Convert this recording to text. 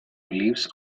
lives